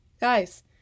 Guys